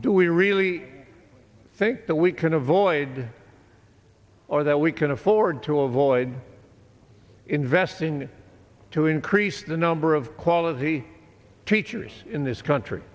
do we really think that we can avoid or that we can afford to avoid investing to increase the number of quality teachers in this country